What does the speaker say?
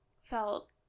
felt